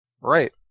Right